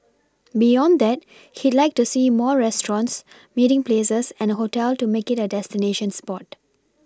beyond that he'd like to see more restaurants meeting places and a hotel to make it a destination spot